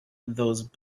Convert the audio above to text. those